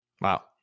Wow